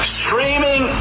streaming